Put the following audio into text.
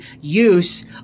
use